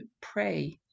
pray